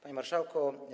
Panie Marszałku!